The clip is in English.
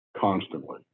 constantly